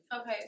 Okay